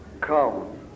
come